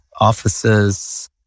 offices